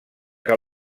que